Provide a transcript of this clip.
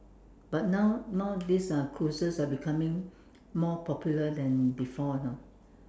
but now now this uh cruises are becoming more popular than before you know